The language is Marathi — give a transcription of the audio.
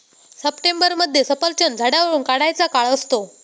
सप्टेंबरमध्ये सफरचंद झाडावरुन काढायचा काळ असतो